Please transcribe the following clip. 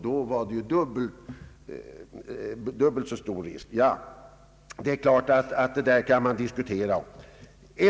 Då blir ju riskerna dubbelt så stora. Ja, det är klart att det där kan man diskutera.